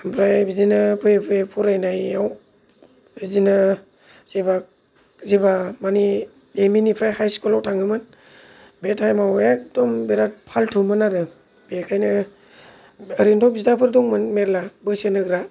आमफ्राय बिदिनो फैयै फैयै फरायनायाव बिदिनो जेब्ला जेब्ला मानि एम ई निफ्राय हाई स्कुलाव थाङोमोन बे थाएम आव एकदम बिरात फाल्थुमोन आरो बेखायनो ओरैनोथ' बिदाफोर दंमोन मेर्ल्ला बोसोन होग्रा